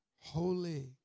holy